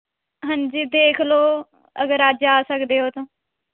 ਹਾਂਜੀ ਦੇਖ ਲਓ ਅਗਰ ਅੱਜ ਆ ਸਕਦੇ ਹੋ ਤਾਂ